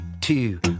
two